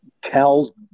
cal